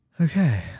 Okay